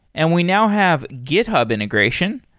and we now have github integration.